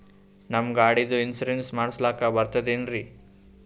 ನಮ್ಮ ಗಾಡಿದು ಇನ್ಸೂರೆನ್ಸ್ ಮಾಡಸ್ಲಾಕ ಬರ್ತದೇನ್ರಿ?